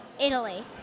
Italy